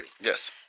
Yes